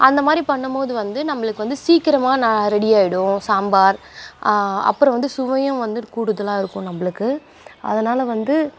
அந்த மாதிரி பண்ணும் போது வந்து நம்மளுக்கு வந்து சீக்கிரமாக ந ரெடி ஆகிடும் சாம்பார் அப்புறம் வந்து சுவையும் வந்துட்டு கூடுதலாக இருக்கும் நம்மளுக்கு அதனால் வந்து